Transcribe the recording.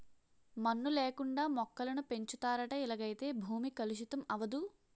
మన్ను లేకుండా మొక్కలను పెంచుతారట ఇలాగైతే భూమి కలుషితం అవదు